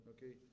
Okay